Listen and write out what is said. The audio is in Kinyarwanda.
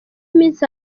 iminsi